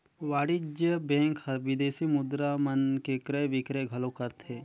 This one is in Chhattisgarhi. वाणिज्य बेंक हर विदेसी मुद्रा मन के क्रय बिक्रय घलो करथे